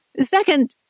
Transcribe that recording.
Second